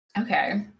Okay